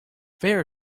fair